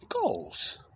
goals